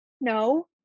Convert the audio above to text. no